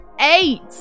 eight